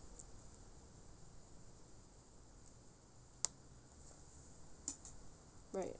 right